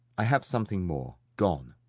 i have something more gone!